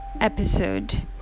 episode